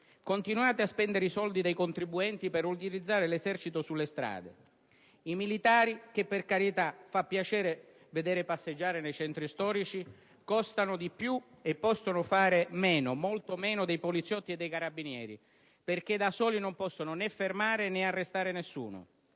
Continuate a spendere i soldi dei contribuenti per utilizzare l'Esercito sulle strade. I militari che, per carità, fa piacere vedere passeggiare nei centri storici, costano di più e possono fare meno, molto meno dei poliziotti e dei carabinieri perché da soli non possono né fermare né arrestare nessuno.